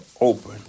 open